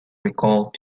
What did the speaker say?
recalled